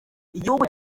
igihugu